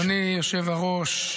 אדוני היושב-ראש,